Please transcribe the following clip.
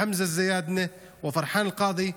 חמזה אלזיאדנה ופרחאן אלקאדי.